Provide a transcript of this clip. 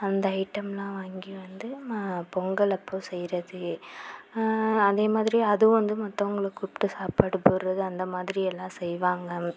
அந்த ஐட்டம்லாம் வாங்கி வந்து பொங்கல் அப்போ செய்கிறது அதேமாதிரி அதும் வந்து மற்றவங்கள கூப்பிட்டு சாப்பாடு போடுகிறது அந்த மாதிரியெல்லாம் செய்வாங்க